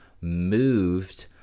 moved